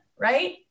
Right